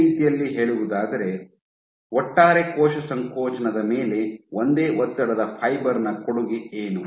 ಬೇರೆ ರೀತಿಯಲ್ಲಿ ಹೇಳುವುದಾದರೆ ಒಟ್ಟಾರೆ ಕೋಶ ಸಂಕೋಚನದ ಮೇಲೆ ಒಂದೇ ಒತ್ತಡದ ಫೈಬರ್ ನ ಕೊಡುಗೆ ಏನು